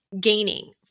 gaining